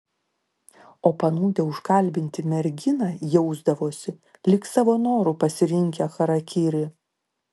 o panūdę užkalbinti merginą jausdavosi lyg savo noru pasirinkę charakirį